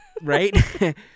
Right